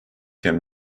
can